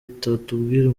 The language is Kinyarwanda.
itatubwira